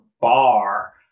bar